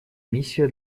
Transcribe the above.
миссия